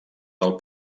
del